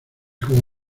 como